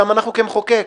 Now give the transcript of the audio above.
גם אנחנו כמחוקק,